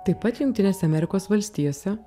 taip pat jungtinėse amerikos valstijose